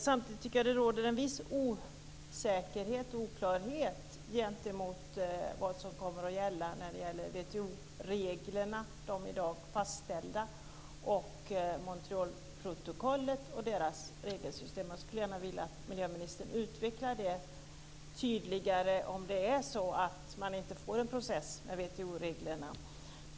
Samtidigt tycker jag att det råder en viss osäkerhet och oklarhet om vad som kommer att gälla för de i dag fastställda WTO-reglerna och för Montrealprotokollet och dess regelsystem. Jag skulle gärna vilja att miljöministern tydligare utvecklade om det är så att man inte får en process med WTO-reglerna.